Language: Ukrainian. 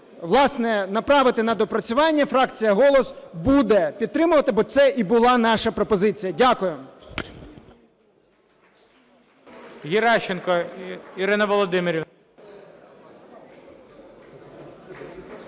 власне, направити на доопрацювання. Фракція "Голос" буде підтримувати, бо це і була наша пропозиція. Дякую.